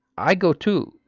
i go, too,